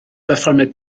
berfformiad